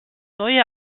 neue